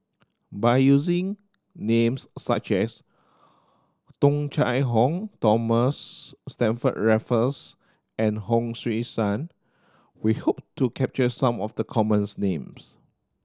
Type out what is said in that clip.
by using names such as Tung Chye Hong Thomas Stamford Raffles and Hon Sui Sen we hope to capture some of the commons names